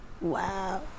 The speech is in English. wow